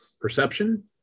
perception